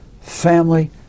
family